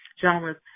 genres